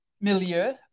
milieu